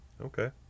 Okay